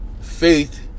Faith